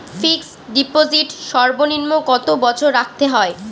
Fixed deposit সর্বনিম্ন কত বছর রাখতে হয়?